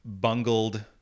bungled